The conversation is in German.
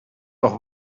noch